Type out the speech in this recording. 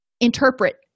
interpret